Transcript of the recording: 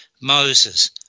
Moses